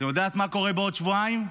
את יודעת מה קורה בעוד שבועיים?